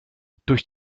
durch